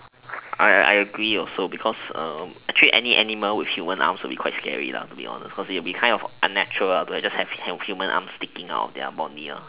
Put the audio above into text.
I I I agree also because actually any animal with human arm will be quite scary to be honest because it'll be kind of unnatural just have human arm sticking out of their body